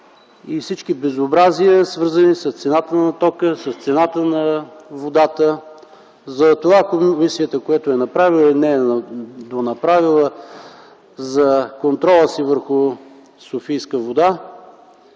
и всички безобразия свързани с цената на тока, с цената на водата, за това комисията – което е направила и не е донаправила, за контрола си върху „Софийска вода”